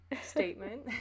Statement